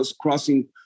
crossing